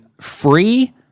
free